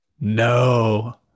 No